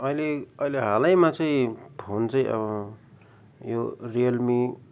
अहिले अहिले हालैमा चाहिँ फोन चाहिँ अब यो रियलमी